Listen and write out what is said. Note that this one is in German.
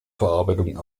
verarbeitung